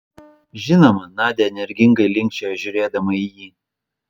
žinoma nadia energingai linkčiojo žiūrėdama į jį